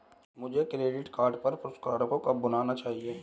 मुझे credit card पर पुरस्कारों को कब भुनाना चाहिए?